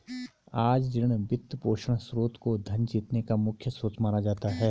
आज ऋण, वित्तपोषण स्रोत को धन जीतने का मुख्य स्रोत माना जाता है